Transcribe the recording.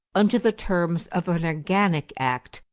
under the terms of an organic act,